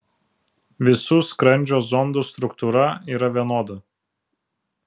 visų skrandžio zondų struktūra yra vienoda